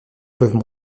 peuvent